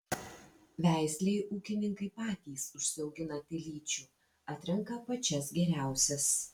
veislei ūkininkai patys užsiaugina telyčių atrenka pačias geriausias